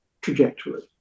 trajectory